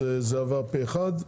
עבר פה אחד.